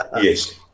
Yes